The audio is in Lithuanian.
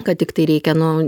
kad tiktai reikia nu